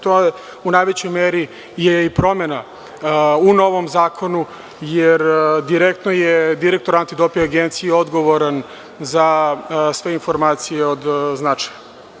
To je u najvećoj meri promena u novom zakonu, jer direktno je direktor Antidoping agencije odgovoran za sve informacije od značaja.